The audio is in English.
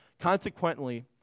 Consequently